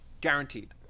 guaranteed